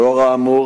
לנוכח האמור,